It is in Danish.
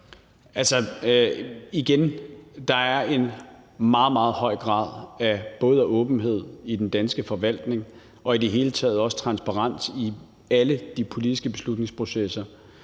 er en meget, meget høj grad af åbenhed i den danske forvaltning og i det hele taget også transparens i alle de politiske beslutningsprocesser.